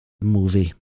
movie